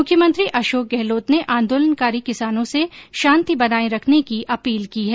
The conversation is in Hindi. मुख्यमंत्री अशोक गहलोत ने आंदोलनकारी किसानों से शांति बनाये रखने की अपील की है